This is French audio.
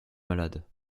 malade